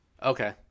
okay